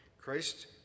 christ